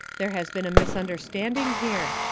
there has been a misunderstanding here!